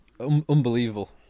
unbelievable